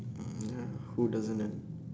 mm who doesn't man